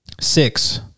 six